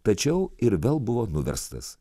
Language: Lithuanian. tačiau ir vėl buvo nuverstas